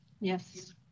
Yes